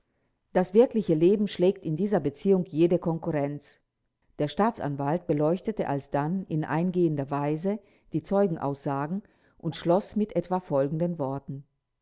das wirkliche leben schlägt in dieser beziehung jede konkurrenz der staatsanwalt beleuchtete alsdann in eingehender weise die zeugenaussagen und schloß mit etwa folgenden worten